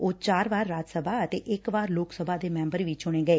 ਉਹ ਚਾਰ ਵਾਰ ਰਾਜ ਸਭਾ ਅਤੇ ਇਕ ਵਾਰ ਲੋਕ ਸਭਾ ਦੇ ਮੈਬਰ ਵੀ ਚੁਣੇ ਗਏ